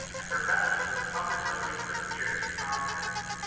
and professors who have taught their subject for years, if not decades.